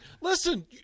Listen